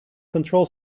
control